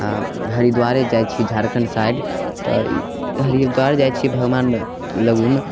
हरिद्वारे जाइ छी झारखण्ड साइड तऽ हरिद्वार जाइ छी भगमान लगुन